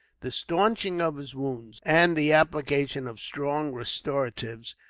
the stanching of his wounds, and the application of strong restoratives,